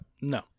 No